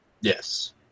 Yes